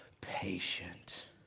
patient